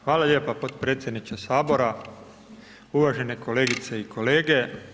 Hvala lijepa potpredsjedniče Sabora, uvažene kolegice i kolege.